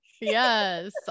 Yes